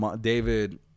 David